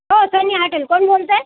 हो Sunny hotel कोण बोलत आहे